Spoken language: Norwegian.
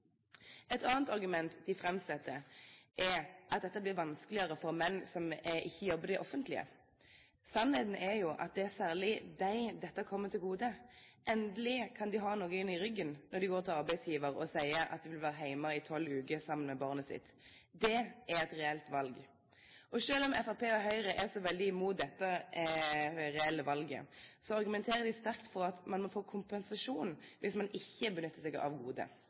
Et annet argument de framsetter, er at dette blir vanskeligere for menn som ikke jobber i det offentlige. Sannheten er jo at det særlig er dem dette kommer til gode. Endelig kan de ha noen i ryggen når de går til arbeidsgiver og sier at de vil være hjemme i tolv uker sammen med barnet sitt. Det er et reelt valg. Og selv om Fremskrittspartiet og Høyre er så veldig imot dette reelle valget, argumenterer de sterkt for at man må få kompensasjon hvis man ikke benytter seg av